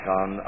on